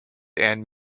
and